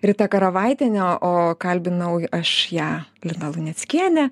rita karavaitienė o kalbinau aš ją lina luneckienė